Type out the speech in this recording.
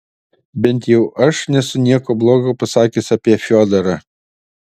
bent jau aš nesu nieko blogo pasakęs apie fiodorą